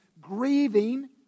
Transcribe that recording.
grieving